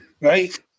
right